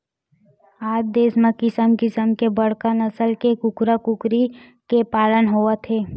आज देस म किसम किसम के बड़का नसल के कूकरा कुकरी के पालन होवत हे